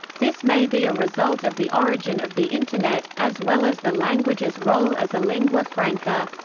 this may be a result of the origin of the internet, as well as the language's role as a lingua franca.